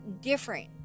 different